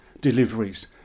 deliveries